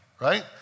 right